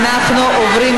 אנחנו בפתח המאה